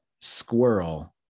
squirrel